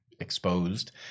exposed